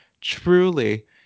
truly